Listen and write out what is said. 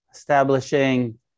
Establishing